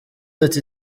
ati